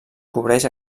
cobreix